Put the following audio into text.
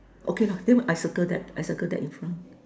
okay lah then I circle that I circle that in front